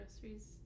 groceries